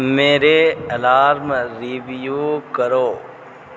میرے alarm review کرو